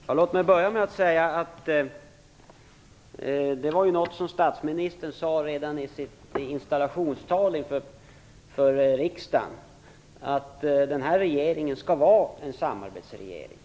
Herr talman! Låt mig börja med att säga att statsministern redan i sitt installationstal inför riksdagen sade att den här regeringen skall vara en samarbetsregering.